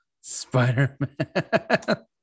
Spider-Man